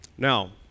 Now